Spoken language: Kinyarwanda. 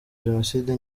jenoside